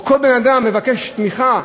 או כל אדם מבקש תמיכה,